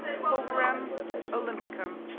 pulverem olympicum.